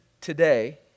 today